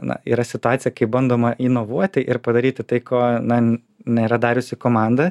na yra situacija kai bandoma inovuoti ir padaryti tai ko na nėra dariusi komanda